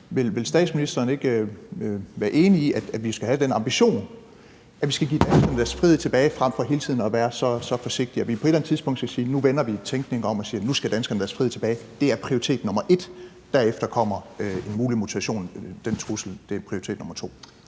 vil statsministeren ikke være enig i, at vi skal have den ambition, at vi skal give danskerne deres frihed tilbage, frem for hele tiden at være så forsigtige; at vi altså på et eller andet tidspunkt skal sige, at nu vender vi tænkningen om og siger, at nu skal danskerne have deres frihed tilbage, og at det er prioritet nummer et, og dernæst kommer truslen fra en mulig mutation som prioritet nummer to?